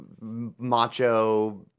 macho